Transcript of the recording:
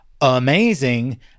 amazing